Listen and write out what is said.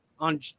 On